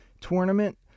tournament